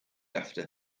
after